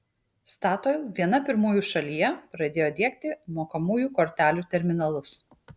statoil viena pirmųjų šalyje pradėjo diegti mokamųjų kortelių terminalus